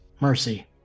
mercy